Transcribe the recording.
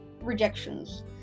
Rejections